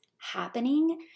Happening